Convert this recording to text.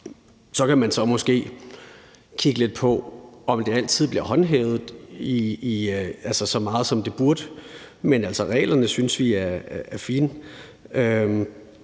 Så kan man måske kigge lidt på, om det altid bliver håndhævet så meget, som det burde. Men reglerne synes vi er fine.